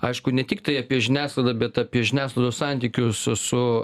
aišku ne tiktai apie žiniasklaidą bet apie žiniasklaidos santykius su